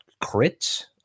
crit